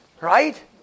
Right